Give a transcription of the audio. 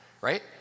right